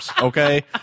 okay